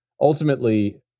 ultimately